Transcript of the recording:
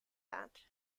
that